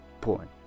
porn